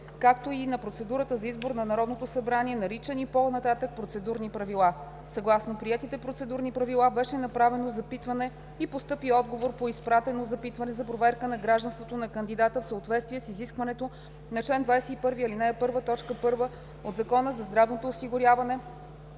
както и на процедурата за избор от Народното събрание, наричани по-нататък „Процедурни правила“. Съгласно приетите Процедурни правила беше направено запитване и постъпи отговор по изпратеното запитване за проверка на гражданството на кандидата в съответствие с изискването на чл. 21, ал. 1, т. 1 от Закона за здравното осигуряване